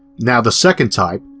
now the second type,